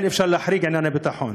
שאכן אפשר להחריג ענייני ביטחון.